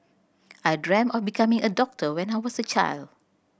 I dreamt of becoming a doctor when I was a child